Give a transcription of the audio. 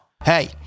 Hey